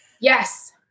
yes